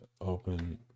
open